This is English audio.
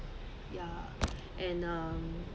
ya and uh